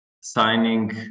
signing